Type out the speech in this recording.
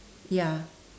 ya